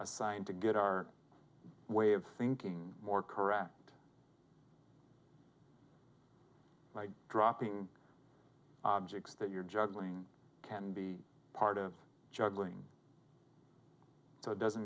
a sign to get our way of thinking more correct dropping objects that you're juggling can be part of juggling doesn't